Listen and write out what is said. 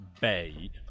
bay